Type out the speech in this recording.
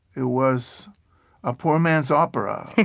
it was a poor man's opera.